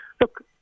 Look